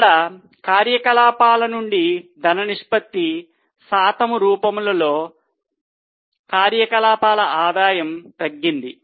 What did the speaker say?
ఇక్కడ కార్యకలాపాల నుండి ధన నిష్పత్తి శాతం రూపములో కార్యకలాపాల ఆదాయం తగ్గింది